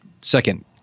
second